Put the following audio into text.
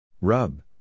Rub